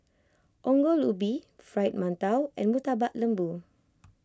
Ongol Ubi Fried Mantou and Murtabak Lembu